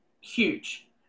huge